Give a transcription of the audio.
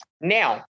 Now